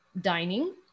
dining